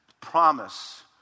promise